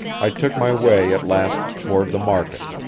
i took my way at last toward the market,